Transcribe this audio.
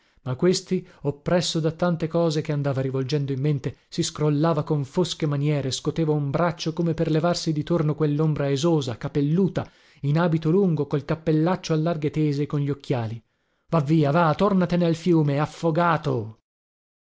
ma questi oppresso da tante cose che andava rivolgendo in mente si scrollava con fosche maniere scoteva un braccio come per levarsi di torno quellombra esosa capelluta in abito lungo col cappellaccio a larghe tese e con gli occhiali va via va tornatene al fiume affogato